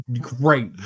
great